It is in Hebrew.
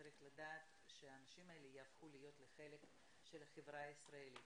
צריך לדעת שהאנשים האלה יהפכו להיות חלק מהחברה הישראלית.